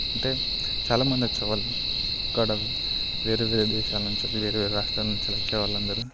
అంటే చాలామంది వచ్చేవాళ్లు అక్కడ వేరే వేరే దేశాల నుంచి వేరే వేరే రాష్ట్రాల నుంచి వచ్చే వాళ్ళందరూ